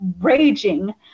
raging